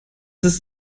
ist